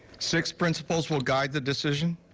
six principles will guide the decision.